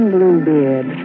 Bluebeard